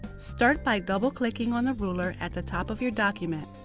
start by double-clicking on the ruler at the top of your document.